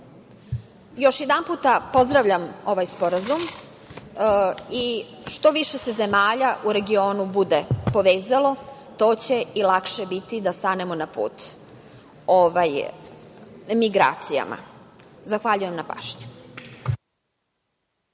jedanput, pozdravljam ovaj sporazum i što više se zemalja u regionu bude povezalo, to će i lakše biti da stanemo na put migracijama. Zahvaljujem na pažnji.